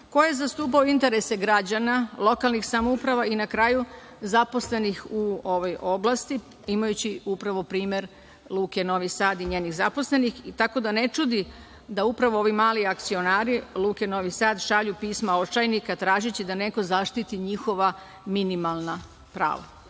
Ko je zastupao interese građana, lokalnih samouprava i na kraju zaposlenih u ovoj oblasti, imajući upravo primer Luke Novi Sad i njenih zaposlenih? Tako da ne čudi da upravo ovi mali akcionari Luke Novi Sad šalju pisma očajnika tražeći da neko zaštiti njihova minimalna prava.